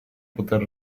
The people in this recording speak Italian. poter